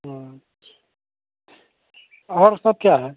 अच्छा और सब क्या है